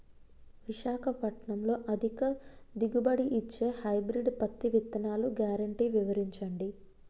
విశాఖపట్నంలో అధిక దిగుబడి ఇచ్చే హైబ్రిడ్ పత్తి విత్తనాలు గ్యారంటీ వివరించండి?